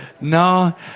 No